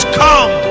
come